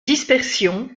dispersion